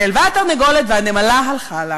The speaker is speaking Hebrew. נעלבה התרנגולת, והנמלה הלכה לה.